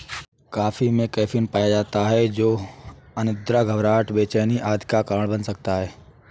coffee में caffeine पाया जाता है जो अनिद्रा, घबराहट, बेचैनी आदि का कारण बन सकता है